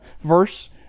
verse